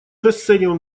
расцениваем